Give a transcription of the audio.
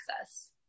access